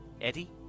Eddie